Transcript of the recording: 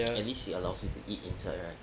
at least he allows you to eat inside right